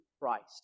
Christ